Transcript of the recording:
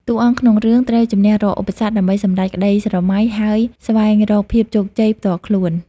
តួអង្គក្នុងរឿងត្រូវជម្នះរាល់ឧបសគ្គដើម្បីសម្រេចក្ដីស្រមៃ ហើយស្វែងរកភាពជោគជ័យផ្ទាល់ខ្លួន។